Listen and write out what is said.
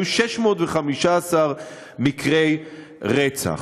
היו 615 מקרי רצח.